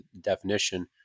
definition